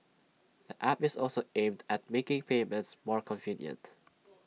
the app is also aimed at making payments more convenient